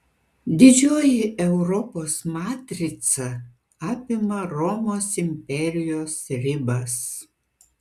didžioji europos matrica apima romos imperijos ribas